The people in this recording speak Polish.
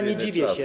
Nie dziwię się.